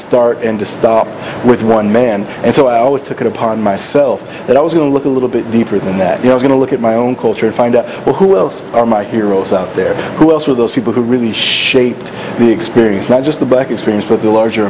start and to stop with one man and so i always took it upon myself that i was going to look a little bit deeper than that you know going to look at my own culture and find out who else are my heroes out there who are also those people who really shaped the experience not just the black experience but the larger